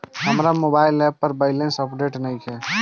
हमार mobile app पर balance update नइखे